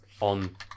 on